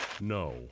No